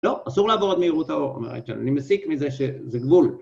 לא, אסור לעבור את מהירות האור, אמר הייטל, אני מסיק מזה שזה גבול.